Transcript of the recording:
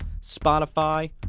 Spotify